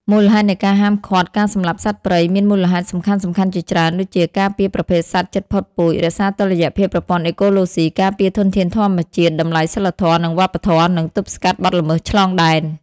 មូលហេតុនៃការហាមឃាត់ការសម្លាប់សត្វព្រៃ មានមូលហេតុសំខាន់ៗជាច្រើន ដូចជា ការពារប្រភេទសត្វជិតផុតពូជ រក្សាតុល្យភាពប្រព័ន្ធអេកូឡូស៊ី ការពារធនធានធម្មជាតិ ការពារធនធានធម្មជាតិ តម្លៃសីលធម៌ និងវប្បធម៌ និងទប់ស្កាត់បទល្មើសឆ្លងដែន។